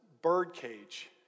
Birdcage